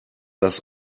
das